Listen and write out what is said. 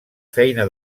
feina